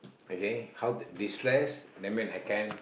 okay how de stress that mean I can